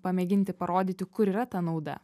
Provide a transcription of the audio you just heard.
pamėginti parodyti kur yra ta nauda